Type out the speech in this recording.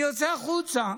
אני יוצא החוצה,